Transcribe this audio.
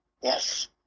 yes